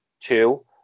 Two